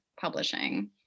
publishing